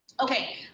Okay